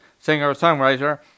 singer-songwriter